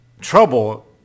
trouble